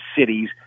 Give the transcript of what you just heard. cities